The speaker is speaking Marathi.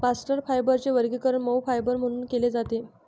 बास्ट फायबरचे वर्गीकरण मऊ फायबर म्हणून केले जाते